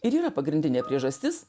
ir yra pagrindinė priežastis